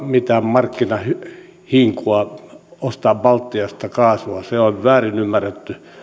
mitään markkinahinkua ostaa baltiasta kaasua se on väärin ymmärretty